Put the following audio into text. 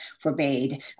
forbade